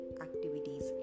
activities